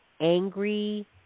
angry